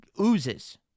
oozes